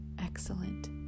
excellent